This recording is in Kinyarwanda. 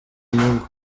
inyungu